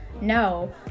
no